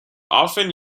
often